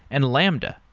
and lambda.